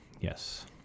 Yes